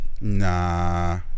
Nah